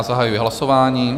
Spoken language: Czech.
Zahajuji hlasování.